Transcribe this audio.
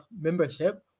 membership